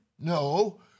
No